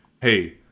hey